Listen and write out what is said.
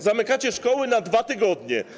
Zamykacie szkoły na 2 tygodnie.